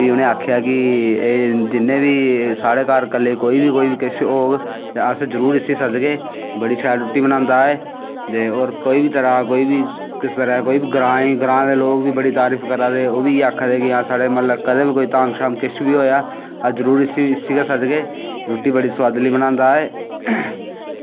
ते भी उनें आक्खेआ कि कल्लै ई कोई बी किश बी साढ़े घर किश होग ते अस जरूर इसी सद्दगे बड़ी शैल रुट्टी बनांदा एह् ते हेर कोई बी किस तरहां ग्रांऽ कोई बी ग्रांऽ दे लोग बी बड़ी तारीफ करा दे हे ते ओह्बी आक्खा दे हे की म्हल्लै कदें बी कोई किश बी धाम होऐ अस जरूर इसी गै सद्दगे रुट्टी बड़ी सोआदली बनांदा एह्